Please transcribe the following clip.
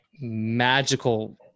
magical